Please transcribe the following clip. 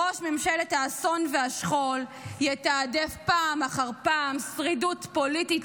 ראש ממשלת האסון והשכול יתעדף פעם אחר פעם שרידות פוליטית